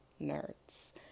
nerds